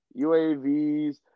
UAVs